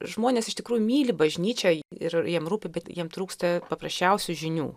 žmonės iš tikrųjų myli bažnyčią ir jiem rūpi bet jiem trūksta paprasčiausių žinių